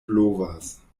blovas